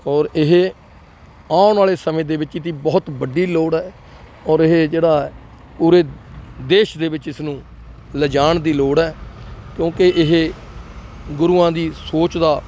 ਔਰ ਇਹ ਆਉਣ ਵਾਲੇ ਸਮੇਂ ਦੇ ਵਿੱਚ ਇਹਦੀ ਬਹੁਤ ਵੱਡੀ ਲੋੜ ਹੈ ਔਰ ਇਹ ਜਿਹੜਾ ਪੂਰੇ ਦੇਸ਼ ਦੇ ਵਿੱਚ ਇਸਨੂੰ ਲਿਜਾਉਣ ਦੀ ਲੋੜ ਹੈ ਕਿਉਂਕਿ ਇਹ ਗੁਰੂਆਂ ਦੀ ਸੋਚ ਦਾ